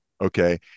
Okay